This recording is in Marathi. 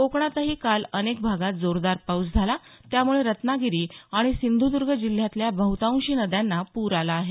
कोकणातही काल अनेक भागात जोरदार पाऊस झाला त्यामुळे रत्नागिरी आणि सिंधुदुर्ग जिल्ह्यातल्या बहुतांशी नद्यांना पूर आला आहे